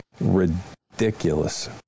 ridiculous